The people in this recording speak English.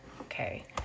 Okay